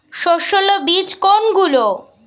সস্যল বীজ কোনগুলো?